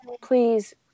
please